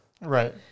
Right